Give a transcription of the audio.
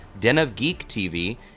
denofgeektv